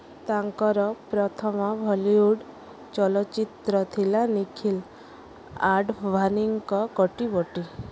ତାଙ୍କର ପ୍ରଥମ ବଲିଉଡ଼ ଚଳଚ୍ଚିତ୍ର ଥିଲା ନିଖିଲ ଆଡଭାନୀଙ୍କ କଟି ବଟି